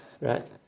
right